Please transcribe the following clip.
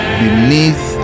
beneath